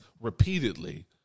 repeatedly